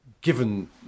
given